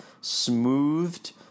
smoothed